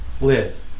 live